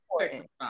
important